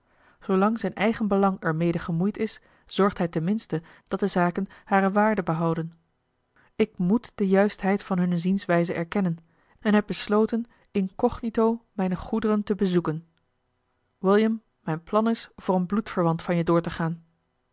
zoolang zijn eigen belang er mede gemoeid is zorgt hij ten minste dat de zaken hare waarde behouden ik moet de juistheid van hunne zienswijze erkennen en heb besloten incognito mijne goederen te bezoeken william mijn plan is voor een bloedverwant van je door te gaan